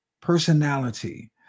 personality